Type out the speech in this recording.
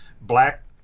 black